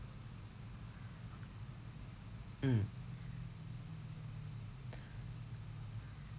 mm